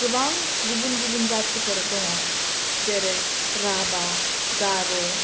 गोबां गुबुन गुबुन जातिफोर दङ जेरै राबा गार'